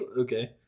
Okay